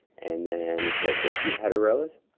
and then click repeat header rows.